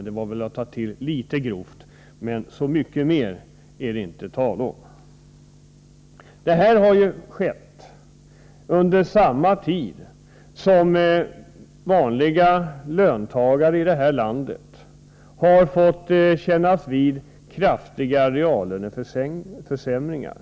Det var kanske att ta till litet grovt, men så mycket mer är det inte tal om. Detta har skett under samma tid som vanliga löntagare i detta land har fått kännas vid kraftiga reallöneförsämringar.